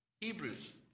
Hebrews